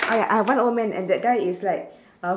oh ya I have one old man and that guy is like uh